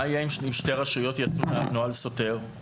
מה יהיה אם שתי רשויות ידונו על נוהל סותר,